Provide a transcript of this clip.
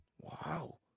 Wow